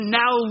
now